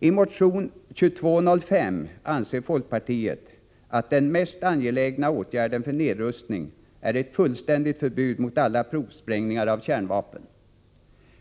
I motion 2205 anser folkpartiet att den mest angelägna åtgärden för nedrustning är ett fullständigt förbud mot alla provsprängningar av kärnvapen.